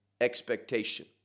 expectation